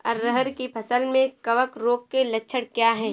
अरहर की फसल में कवक रोग के लक्षण क्या है?